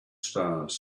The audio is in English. stars